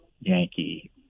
Yankee